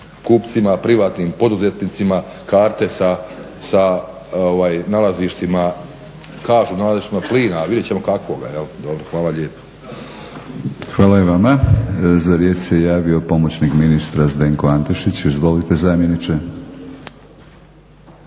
kupcima, privatnim poduzetnicima karte sa nalazištima, kažu nalazištima plina, a vidjet ćemo kakvog. Hvala lijepo. **Batinić, Milorad (HNS)** Hvala i vama. Za riječ se javio pomoćnik ministra Zdenko Antešić. Izvolite zamjeniče.